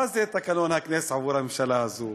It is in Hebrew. מה זה תקנון הכנסת עבור הממשלה הזאת?